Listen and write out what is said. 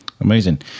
Amazing